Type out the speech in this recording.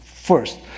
first